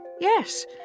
Yes